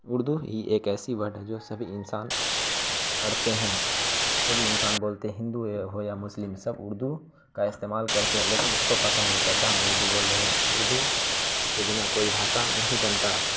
اردو ہی ایک ایسی ورڈ ہے جو سبھی انسان پڑھتے ہیں سبھی انسان بولتے ہندو ہو یا مسلم سب اردو کا استعمال کرتے ہیں لیکن اس کو پتا نہیں چلتا ہم اردو بول رہے ہیں اردو کے بنا کوئی بھاشا نہیں بنتا